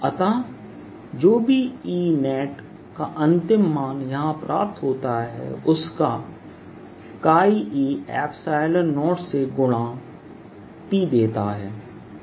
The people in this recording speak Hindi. अतः जो भी Enetका अंतिम मान यहां प्राप्त होता है उसकाe0से गुणा P देता है